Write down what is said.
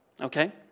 Okay